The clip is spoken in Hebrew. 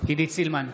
עידית סילמן,